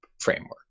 framework